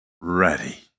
ready